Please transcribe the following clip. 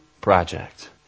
project